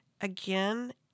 Again